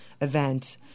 event